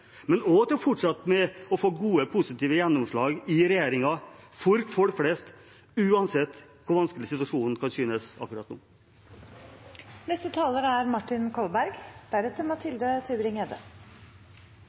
og også til å fortsette å få gode og positive gjennomslag i regjeringen, for folk flest, uansett hvor vanskelig situasjonen kan synes akkurat nå. Det er riktig som det er